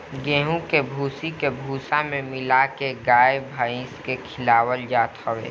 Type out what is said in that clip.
गेंहू के भूसी के भूसा में मिला के गाई भाईस के खियावल जात हवे